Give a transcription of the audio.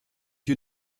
you